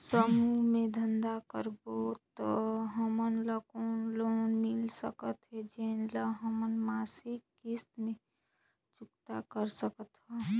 समूह मे धंधा करबो त हमन ल कौन लोन मिल सकत हे, जेन ल हमन मासिक किस्त मे चुकता कर सकथन?